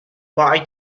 buy